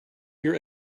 your